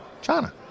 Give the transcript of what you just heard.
China